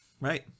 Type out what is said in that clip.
Right